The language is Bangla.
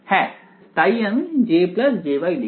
হ্যাঁ তাই আমি J jY লিখি